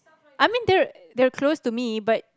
I mean they're they're close to me but